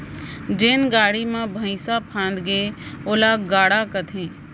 जेन गाड़ी म भइंसा फंदागे ओला गाड़ा कथें